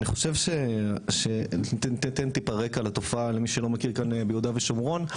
אני חושב שניתן טיפ הרקע לתופעה למי שלא מכיר כאן ביהודה ושומרון,